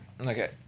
okay